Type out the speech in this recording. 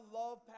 love